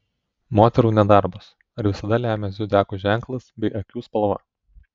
moterų nedarbas ar visada lemia zodiako ženklas bei akių spalva